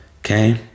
okay